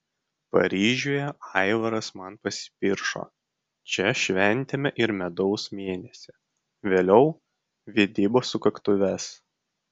paryžiuje aivaras man pasipiršo čia šventėme ir medaus mėnesį vėliau vedybų sukaktuves